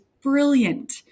brilliant